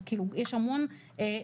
אז כאילו יש המון היבטים,